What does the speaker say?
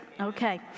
Okay